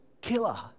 killer